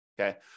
okay